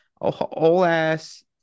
old-ass